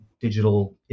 digital